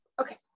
Okay